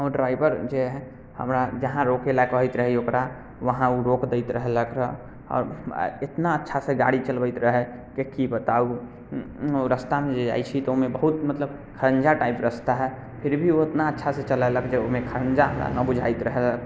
ओ driver जे रहै हमरा जहाँ रोकैलए कहैत रही ओकरा वहाँ ओ रोकि दैत रहलक रऽ आओर एतना अच्छासँ गाड़ी चलबैत रहै कि की बताउ ओ रास्तामे जे जाइ छी तऽ ओहिमे बहुत मतलब खड़ंजा टाइप रस्ता हइ फिर भी ओ ओतना अच्छासँ चलेलक जे ओहिमे खड़ंजा नहि बुझाइत रहै